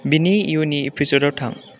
बिनि इयुननि एपिसदाव थां